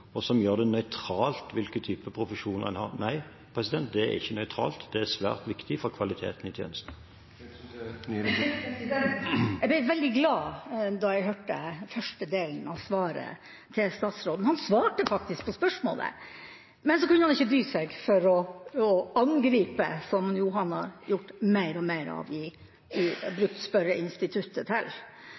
og som gjør det nøytralt hvilken type profesjon en har. Nei, det er ikke nøytralt, men svært viktig for kvaliteten i tjenesten. Jeg ble veldig glad da jeg hørte første delen av svaret fra statsråden. Han svarte faktisk på spørsmålet, men så kunne han ikke dy seg for å angripe, som han jo mer og mer har brukt spørreinstituttet til. I alle fall, takk for første delen av dette svaret. Men jeg vil spørre en gang til,